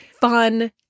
fun